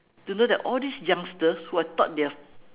to know that all these youngsters who I thought they're